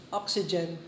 oxygen